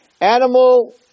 animal